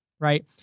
Right